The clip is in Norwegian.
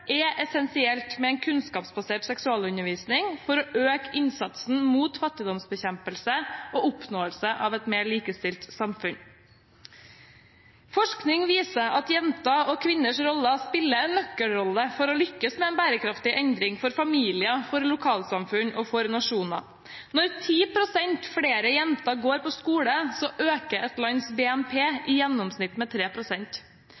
er essensielt med en kunnskapsbasert seksualundervisning for å øke innsatsen inn mot fattigdomsbekjempelse og oppnåelse av et mer likestilt samfunn. Forskning viser at jenter og kvinner spiller en nøkkelrolle for å lykkes med en bærekraftig endring for familier, for lokalsamfunn og for nasjoner. Når 10 pst. flere jenter går på skole, øker et lands BNP i gjennomsnitt med